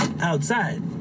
outside